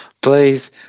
Please